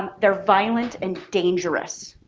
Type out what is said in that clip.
they're violent and dangerous.